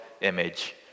image